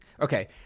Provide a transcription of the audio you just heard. Okay